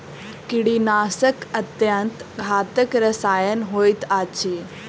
कीड़ीनाशक अत्यन्त घातक रसायन होइत अछि